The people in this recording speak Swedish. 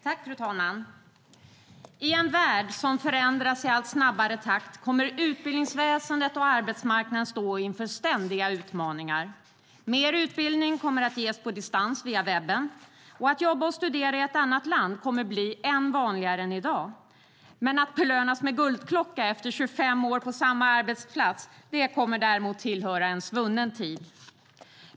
Fru talman! I en värld som förändras i allt snabbare takt kommer utbildningsväsendet och arbetsmarknaden att stå inför ständiga utmaningar. Mer utbildning kommer att ges på distans via webben. Att jobba och studera i ett annat land kommer att bli än vanligare än i dag. Att belönas med guldklocka efter 25 år på samma arbetsplats kommer däremot att tillhöra en svunnen tid.